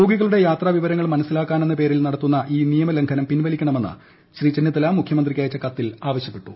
രോഗികളുടെ യാത്ര വിവര ങ്ങൾ മനസിലാക്കാനെന്ന പേരിൽ നടത്തുന്ന ഈ നിയമലംഘ നം പിൻവലിക്കണമെന്ന് ശ്രീ ചെന്നിത്തല മുഖ്യമന്ത്രിക്ക് അയച്ച കത്തിൽ ആവശ്യപ്പെട്ടു